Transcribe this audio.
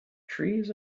trees